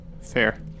Fair